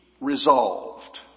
resolved